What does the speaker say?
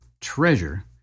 treasure